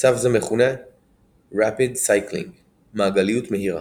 מצב זה מכונה Rapid Cycling מעגליות מהירה.